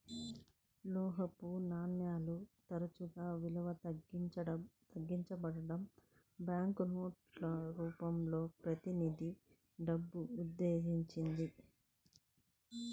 లోహపు నాణేలు తరచుగా విలువ తగ్గించబడటం, బ్యాంకు నోట్ల రూపంలో ప్రతినిధి డబ్బు ఉద్భవించింది